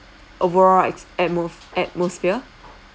overall ex~ atmo~ atmosphere